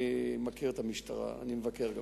אני מכיר את המשטרה, אני מבקר שם,